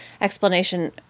explanation